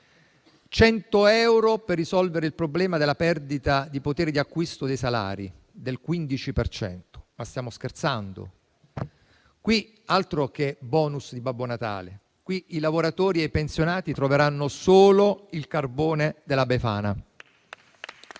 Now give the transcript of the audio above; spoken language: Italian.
100 euro per risolvere il problema della perdita di potere di acquisto dei salari del 15 per cento. Ma stiamo scherzando? Altro che bonus Babbo Natale: i lavoratori e i pensionati troveranno solo il carbone della Befana.